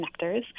Connectors